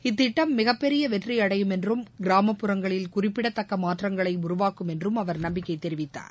இத்திட்டம் மிகப்பெரிய வெற்றி அடையும் என்றும் கிராமப் புறங்களில் குறிப்பிடத்தக்க மாற்றங்களை உருவாக்கும் என்றும் அவர் நம்பிக்கை தெரிவித்தார்